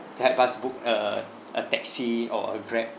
to help us book err a taxi or a grab